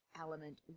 element